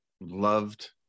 loved